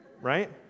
right